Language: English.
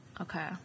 Okay